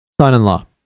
son-in-law